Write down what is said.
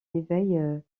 éveil